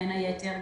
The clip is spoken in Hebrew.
בין היתר,